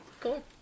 Cool